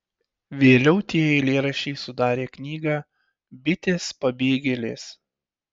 vėliau tie eilėraščiai sudarė knygą bitės pabėgėlės